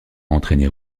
entraîné